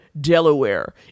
Delaware